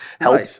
help